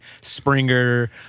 Springer